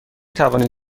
توانید